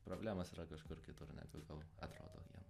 problemos yra kažkur kitur net jau gal atrodo jiem